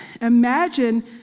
Imagine